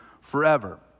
forever